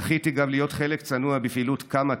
זכיתי גם להיות חלק צנוע בפעילות קמאטק,